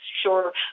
sure